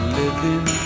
living